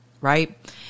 right